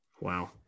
Wow